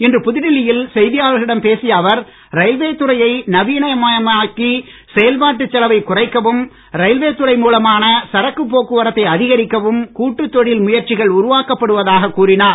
இன்று புதுடில்லியில் செய்தியாளர்களிடம் பேசிய அவர் ரயில்வே துறையை நவீனமாக்கி செயல்பாட்டுச் செலவைக் குறைக்கவும் ரயில்வே துறை மூலமான சரக்கு போக்குவரத்தை அதிகரிக்கவும் கூட்டுத் தொழில் முயற்சிகள் உருவாக்கப்படுவதாகக் கூறினார்